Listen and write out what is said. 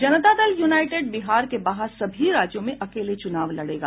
जनता दल यूनाईटेड बिहार के बाहर सभी राज्यों में अकेले चूनाव लड़ेगा